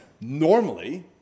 normally